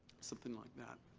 something like that.